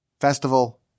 festival